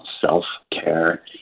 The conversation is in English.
self-care